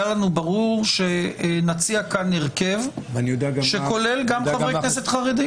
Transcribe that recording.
היה לנו ברור שנציע כאן הרכב שכולל גם חברי כנסת חרדים.